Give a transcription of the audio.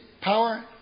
power